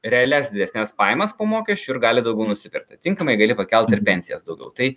realias didesnes pajamas po mokesčių ir gali daugiau nusipirkt atinkamai gali pakelt ir pensijas daugiau tai